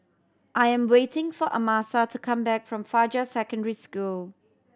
I am waiting for Amasa to come back from Fajar Secondary School